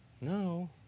No